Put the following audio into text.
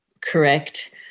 correct